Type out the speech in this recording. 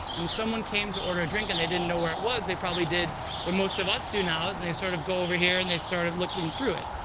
and someone came to order a drink, and they didn't know what it was, they probably did what most of us do now and they sort of go over here and they started looking through it.